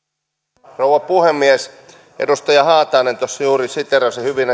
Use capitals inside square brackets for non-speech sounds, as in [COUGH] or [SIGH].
arvoisa rouva puhemies edustaja haatainen tuossa juuri siteerasi hyvin [UNINTELLIGIBLE]